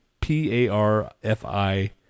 P-A-R-F-I